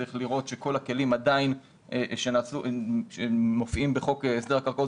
צריך לראות שכל הכלים עדיין מופיעים בחוק הסדר הקרקעות